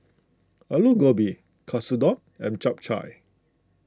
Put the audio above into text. Alu Gobi Katsudon and Japchae